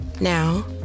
now